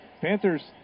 Panthers